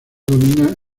domina